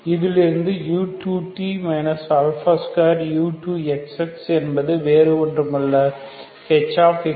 இதிலிருந்து u2t 2u2xx என்பது வேறுஒன்றுமல்ல hx t